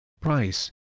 price